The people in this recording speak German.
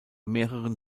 mehreren